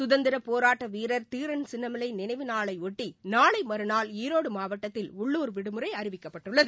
சுதந்திரப் போராட்டவீரர் தீரன் சின்னமலைநினைவு நாளையொட்டிநாளைமறுநாள் ஈரோடுமாவட்டத்தில் உள்ளூர் விடுமுறைஅறிவிக்கப்பட்டுள்ளது